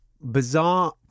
Bizarre